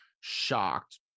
shocked